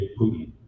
Putin